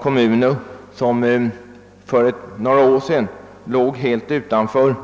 Kommuner som för några år sedan låg helt utanför